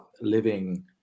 living